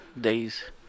days